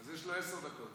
אז יש לו עשר דקות.